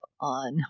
on